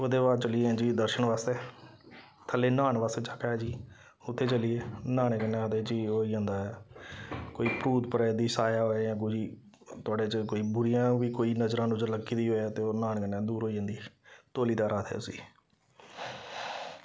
ओह्दे बाद चली गे जी दर्शन आस्तै थल्लै न्हौने बास्तै जगह् ऐ जी उत्थै चली गे न्हौने कन्नै आखदे जी ओह् होई जंदा ऐ कोई भूत प्रेत दी साया होऐ जां कोई थुआड़े च कोई बुरियां बी कोई नजरां नूजर लग्गी दी होऐ ते ओह् न्हौने कन्नै दूर होई जंदी धोली धार आखदे उसी